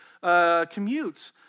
Commute